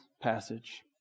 passage